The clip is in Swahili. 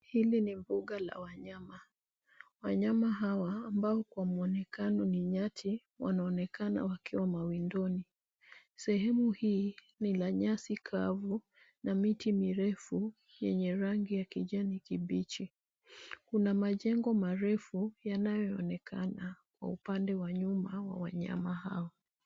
Hili ni mbuga la wanyama. Wanyama hawa ambao kwa mwonekano ni nyati wanaonekana wakiwa mawindoni. Sehemu hii ni la nyasi kavu na miti mirefu yenye rangi ya kijani kibichi. Kuna majengo marefu yanayoonekana kwa upande wa nyuma wa wanyama hao.